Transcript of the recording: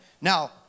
Now